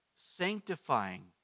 sanctifying